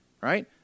right